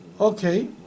Okay